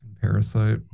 parasite